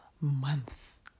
months